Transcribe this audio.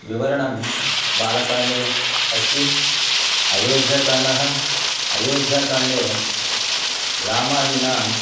विवरणं बालकाण्डे अस्ति अयोध्याकाण्डः अयोध्याकाण्डे रामादीनाम्